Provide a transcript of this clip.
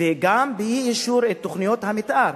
וגם באי-אישור תוכניות המיתאר.